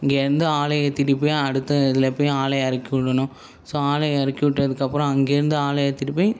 இங்கேயிருந்து ஆளை ஏற்றிட்டு போய் அடுத்த இதில் போய் ஆளை இறக்கி விடணும் ஸோ ஆளை இறக்கி விட்டதுக்கப்புறம் அங்கேயிருந்து ஆளை ஏற்றிட்டு போய்